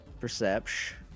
perception